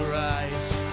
rise